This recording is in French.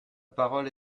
parole